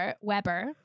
Weber